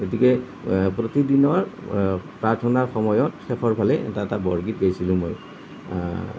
গতিকে প্ৰতিদিনৰ প্ৰাৰ্থনাৰ সময়ত শেষৰ ফালে এটা এটা বৰগীত গাইছিলোঁ মই